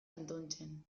atontzen